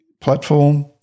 platform